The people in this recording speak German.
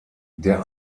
der